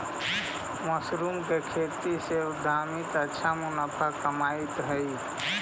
mushroom के खेती से उद्यमी अच्छा मुनाफा कमाइत हइ